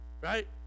right